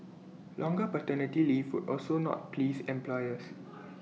longer paternity leave would also not please employers